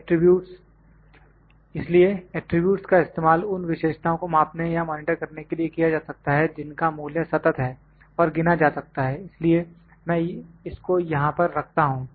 attributes इसलिए attributes का इस्तेमाल उन विशेषताओं को मापने या मॉनिटर करने के लिए किया जा सकता है जिनका मूल्य सतत है और गिना जा सकता है इसलिए मैं इसको यहां पर रखता हूं